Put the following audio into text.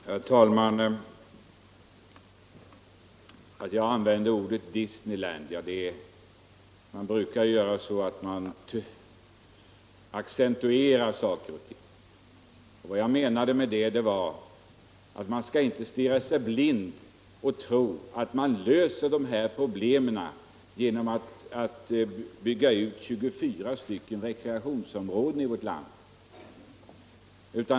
Herr talman! Jag använde visserligen ordet Disneyland, men det var bara för att man ju brukar accentuera saker och ting. Vad jag menade med det var att man inte skall tro att man löser problemen genom att bygga ut 24 rekreationsområden i vårt land.